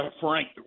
Frank